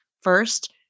First